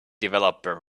developer